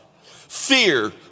Fear